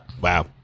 Wow